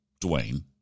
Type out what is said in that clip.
Dwayne